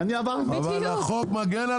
כי אני עברתי את זה.